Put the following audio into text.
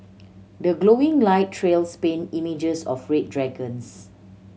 the glowing light trails paint images of red dragons